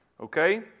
Okay